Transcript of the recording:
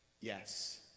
yes